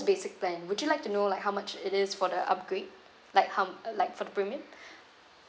basic plan would you like to know like how much it is for the upgrade like how like for the premium